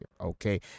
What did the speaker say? Okay